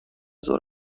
ظهر